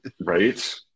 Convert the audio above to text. Right